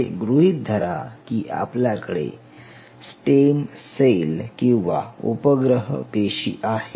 असे गृहीत धरा की आपल्याकडे स्टेम सेल किंवा उपग्रह पेशी आहेत